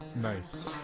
Nice